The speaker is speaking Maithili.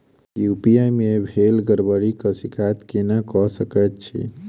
यु.पी.आई मे भेल गड़बड़ीक शिकायत केना कऽ सकैत छी?